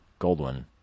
Goldwyn